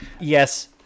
Yes